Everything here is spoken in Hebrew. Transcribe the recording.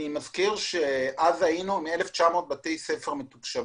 אז היינו מ-1900 בתי ספר מתוקשבים.